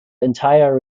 entire